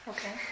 Okay